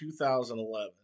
2011